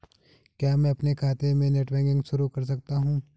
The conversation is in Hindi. क्या मैं अपने खाते में नेट बैंकिंग शुरू कर सकता हूँ?